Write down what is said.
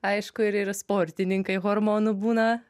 aišku ir ir sportininkai hormonų būna